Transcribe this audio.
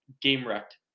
game-wrecked